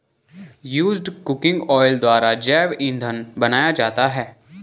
used cooking oil द्वारा जैव इंधन बनाया जाता है